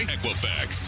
Equifax